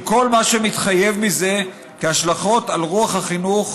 עם כל מה שמתחייב מזה כהשלכות על רוח החינוך,